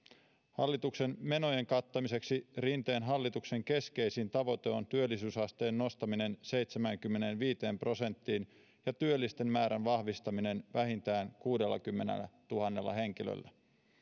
hallituksen menojen kattamiseksi rinteen hallituksen keskeisin tavoite on työllisyysasteen nostaminen seitsemäänkymmeneenviiteen prosenttiin ja työllisten määrän vahvistaminen vähintään kuudellakymmenellätuhannella henkilöllä